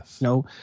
No